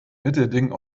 mittelding